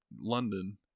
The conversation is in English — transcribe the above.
London